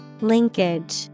Linkage